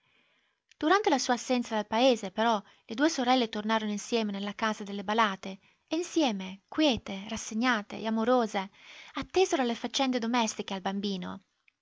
durante la sua assenza dal paese però le due sorelle tornarono insieme nella casa delle balàte e insieme quiete rassegnate e amorose attesero alle faccende domestiche e al bambino